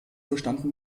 bestanden